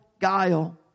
guile